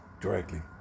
directly